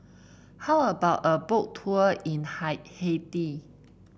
how about a Boat Tour in hi Haiti